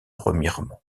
remiremont